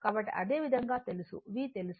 కాబట్టి అదేవిధంగా తెలుసు v తెలుసు